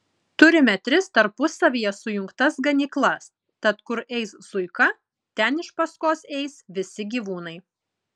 turime tris tarpusavyje sujungtas ganyklas tad kur eis zuika ten iš paskos eis visi gyvūnai